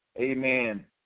amen